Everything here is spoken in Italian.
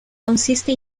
consiste